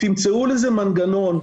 תמצאו לזה מנגנון,